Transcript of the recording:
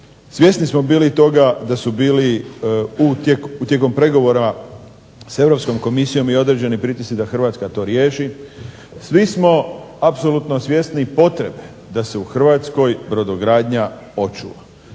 svjesni smo bili toga da su bili tijekom pregovora s Europskom Komisijom i određeni pritisci da Hrvatska to riješi, svi smo apsolutno svjesni potrebe da se u Hrvatskoj brodogradnja očuva,